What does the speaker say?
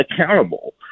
accountable